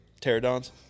Pterodons